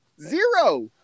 Zero